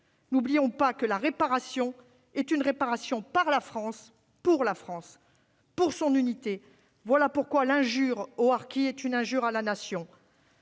N'oublions pas qu'il s'agit d'une réparation par la France, pour la France, pour son unité. Voilà pourquoi l'injure faite aux harkis est une injure faite à la Nation.